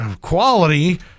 quality